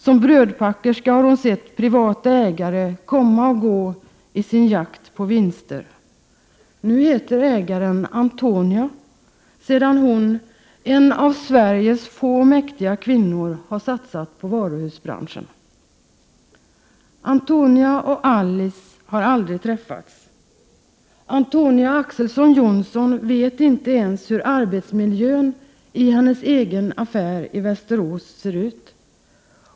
Som brödpackerska har hon sett privata ägare komma och gå i sin jakt på vinster. Nu heter ägaren Antonia, sedan hon — en av Sveriges få mäktiga kvinnor — har satsat på varuhusbranschen. Antonia och Alice har aldrig träffats. Antonia Ax:son Johnson vet inte ens hur arbetsmiljön i hennes egen affär i Västerås ser ut.